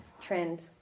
trend